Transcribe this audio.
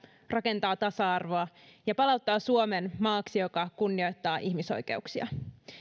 rakentaa tasa arvoa ja palauttaa suomen maaksi joka kunnioittaa ihmisoikeuksia